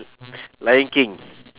lion king